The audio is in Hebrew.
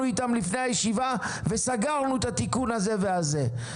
איתם לפני הישיבה וסגרנו את התיקון הזה והזה.